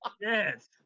Yes